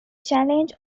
challenge